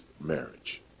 marriage